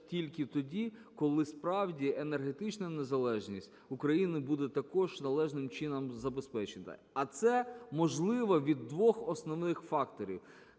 тільки тоді, коли справді енергетична незалежність України буде також належним чином забезпечена. А це можливо від двох основних факторів: